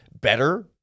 better